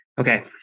Okay